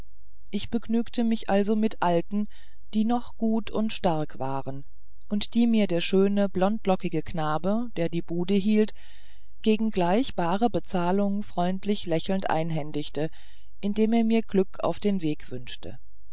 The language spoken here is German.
ich begnügte mich also mit alten die noch gut und stark waren und die mir der schöne blondlockige knabe der die bude hielt gegen gleich bare bezahlung freundlich lächelnd einhändigte indem er mir glück auf den weg wünschte